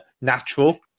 natural